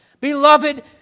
Beloved